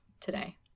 today